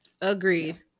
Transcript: agreed